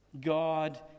God